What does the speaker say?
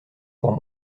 pour